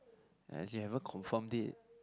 eh he haven't confirmed it